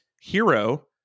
Hero